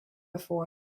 before